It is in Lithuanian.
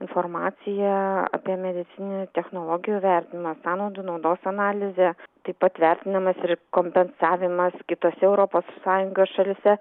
informacija apie medicininių technologijų vertinimo sąnaudų naudos analizė taip pat vertinimas ir kompensavimas kitose europos sąjungos šalyse